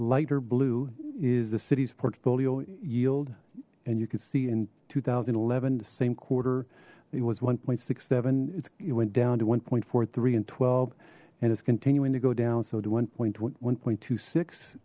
lighter blue is the city's portfolio yield and you can see in two thousand and eleven the same quarter it was one point six seven it went down to one point four three and twelve and it's continuing to go down so to one point one point two six